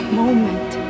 moment